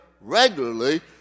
regularly